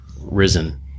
risen